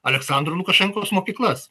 aleksandro lukašenkos mokyklas